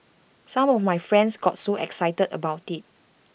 some of my friends got so excited about IT